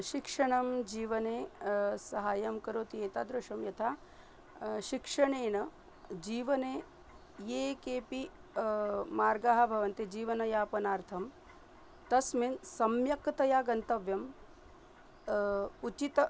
शिक्षणजीवने सहाय्यं करोति एतादृशं यथा शिक्षणेन जीवने ये केपि मार्गाः भवन्ति जीवनयापनार्थं तस्मिन् सम्यक्तया गन्तव्यम् उचितम्